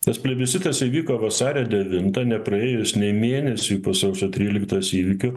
tas plebiscitas įvyko vasario davintą nepraėjus nei mėnesiui po sausio tryliktos įvykių